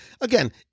again